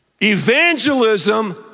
Evangelism